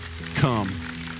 come